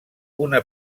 una